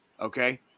Okay